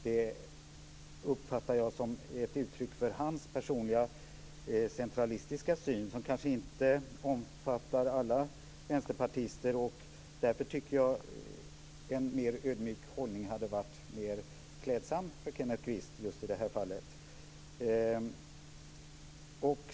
Jag uppfattar det som ett uttryck för hans personliga centralistiska syn. Alla vänsterpartister omfattar kanske inte den. Därför tycker jag att en mer ödmjuk hållning hade varit mer klädsam för Kenneth Kvist i just det här fallet. Fru talman!